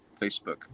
Facebook